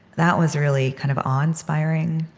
that was really kind of awe-inspiring.